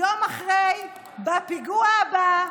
יום אחרי, בפיגוע הבא,